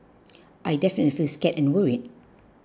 I definitely feel scared and worried